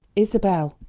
isabel,